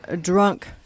drunk